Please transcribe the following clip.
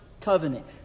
covenant